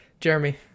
Jeremy